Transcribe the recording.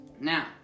Now